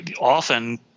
often